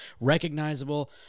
recognizable